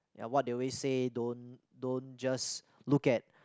and what they always say don't don't just look at